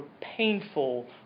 painful